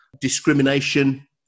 discrimination